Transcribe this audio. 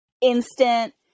instant